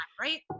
right